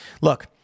Look